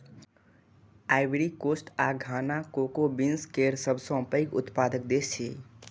Ivory Coast आ Ghana cocoa beans केर सबसं पैघ उत्पादक देश छियै